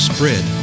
Spread